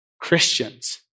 Christians